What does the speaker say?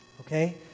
Okay